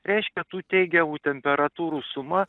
reiškia tų teigiamų temperatūrų suma